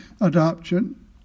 adoption